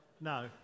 No